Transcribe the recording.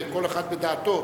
כל אחד בדעתו,